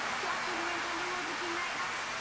yeah actually went on the road looking like that?